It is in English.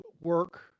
work